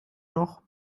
noch